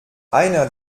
einer